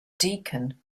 deacon